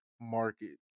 market